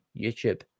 YouTube